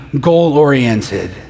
goal-oriented